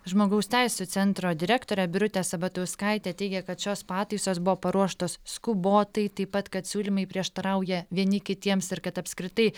žmogaus teisių centro direktorė birutė sabatauskaitė teigia kad šios pataisos buvo paruoštos skubotai taip pat kad siūlymai prieštarauja vieni kitiems ir kad apskritai